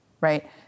right